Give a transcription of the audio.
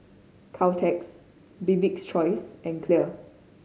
Caltex Bibik's Choice and Clear